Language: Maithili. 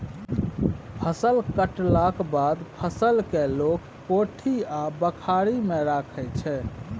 फसल कटलाक बाद फसल केँ लोक कोठी आ बखारी मे राखै छै